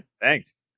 Thanks